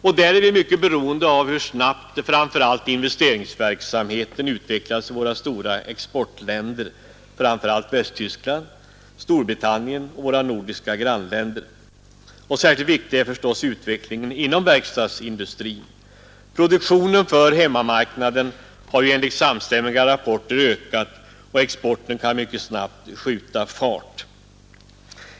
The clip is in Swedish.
Därvid är vi mycket beroende av hur snabbt investeringsverksamheten utvecklas i våra stora exportländer, framför allt Västtyskland, Storbritannien och våra nordiska grannländer. Särskilt viktig är förstås utvecklingen inom verkstadsindustrin. Produktionen för hemmamarknaden har ju enligt samstämmiga rapporter ökat, och exporten kan mycket snabbt skjuta fart.